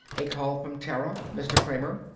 a call from terra, mr. kramer.